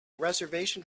reservation